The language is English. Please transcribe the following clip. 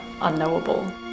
unknowable